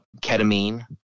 ketamine